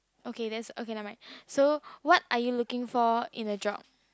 okay that's okay nevermind so what are you looking for in a job